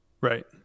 Right